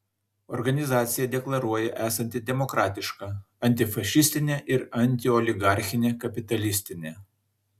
organizacija deklaruoja esanti demokratiška antifašistinė ir antioligarchinė kapitalistinė